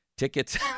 tickets